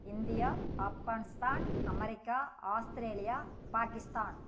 India Afghanistan America Australia Pakistan